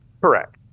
Correct